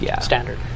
standard